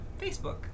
Facebook